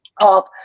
Up